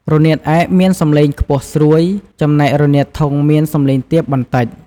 រនាតឯកមានសំឡេងខ្ពស់ស្រួយ ចំណែករនាតធុងមានសំឡេងទាបបន្តិច។